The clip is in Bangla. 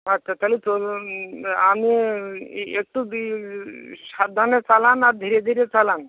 আচ্ছা তাহলে আমিই একটু বি সাবধানে চালান আর ধীরে ধীরে চালান